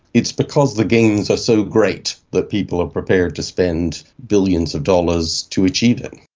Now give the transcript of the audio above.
it's because the gains are so great that people are prepared to spend billions of dollars to achieve it.